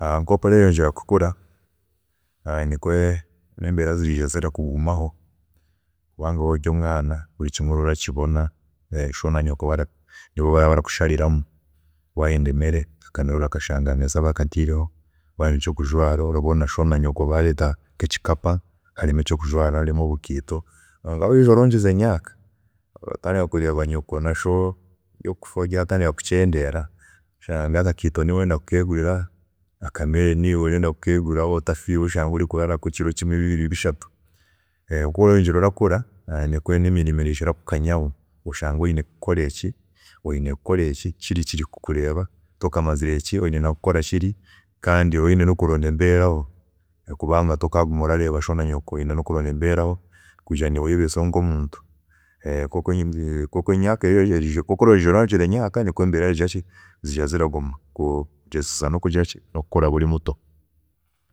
Nkoku oreyongyera kukura nikwe embeera zirija zirakugumaho kubanga waaba ori omwaana buri kimwe oraba orakibona sho na nyoko nibo baraba barakushariraho, akamere ahameeza orashanga bakatiireho, wayenda ekyokujwaara orabona sho na nyoko biija begwiire nkekikapu harimu ekyokujwaara harimu obukaito kwonka wija orongyeza emyaaka, oratandika kureeba nyoko na sho ebyokukufaho byatandika kucendeera, oshange akakiito niiwe oyine kukegurira, akamere niiwe oyine kukerondera, waaba otafiireyo oshange oyine kuraarakwe ekiro kimwe bibiri bishatu, okworeyongyera orakura nikwe nemirimo eriija erakukanyaho, oshange oyine kukora eki, kinu kiri kukureeba oshange oyine kukora kiri, kandi oraba oyine kubara embeeraho kubanga otakaaguma arareeba sho na nyoko, oyine nokubara embeeraho kugira ngu niiwe oyebiiseho nkomuntu, nkoku oriija oreyongyera emyaaka nikwe nembeera ziriija ziraguma kugyezesa nokukora ki, buri muntu.